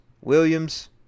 Williams